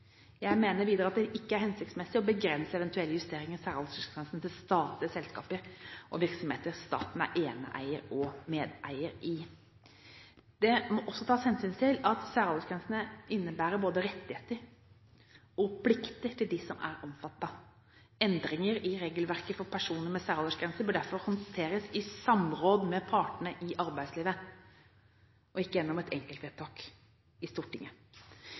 Jeg mener videre at det ikke er hensiktsmessig å begrense eventuelle justeringer i særaldersgrensen til statlige selskaper og virksomheter staten er eneeier og medeier i. Det må også tas hensyn til at særaldersgrensene innebærer både rettigheter og plikter for dem som er omfattet. Endringer i regelverket for personer med særaldersgrenser bør derfor håndteres i samråd med partene i arbeidslivet, ikke gjennom et enkeltvedtak i Stortinget.